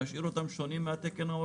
להשאיר אותם שונים מהתקן האירופי?